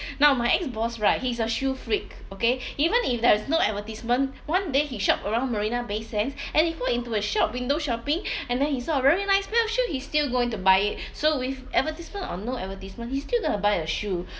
now my ex-boss right he's a shoe freak okay even if there's no advertisement one day he shop around marina bay sands and if he walk into a shop window shopping and then he saw a very nice pair of shoe he's still going to buy it so with advertisement or no advertisement he still gonna buy a shoe